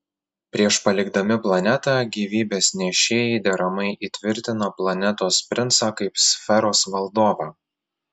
prieš palikdami planetą gyvybės nešėjai deramai įtvirtina planetos princą kaip sferos valdovą